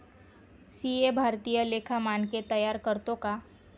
CA भारतीय लेखा मानके तयार करतो का